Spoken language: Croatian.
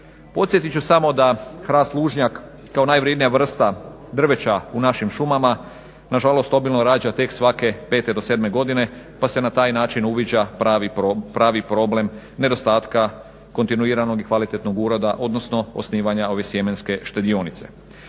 Podsjetiti ću samo da hrast lužnjak kao najvrjednija vrsta drveća u našim šumama nažalost obilno rađa tek svake 5 do 7 godine, pa se na taj način uviđa pravi problem nedostatka, kontinuiranog i kvalitetnog uroda odnosno osnivanja ove sjemenske štedionice.